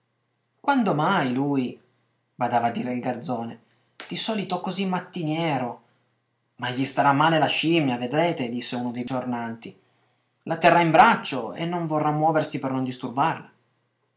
quando mai lui badava a dire il garzone di solito così mattiniero ma gli starà male la scimmia vedrete disse uno dei giornanti la terrà in braccio e non vorrà muoversi per non disturbarla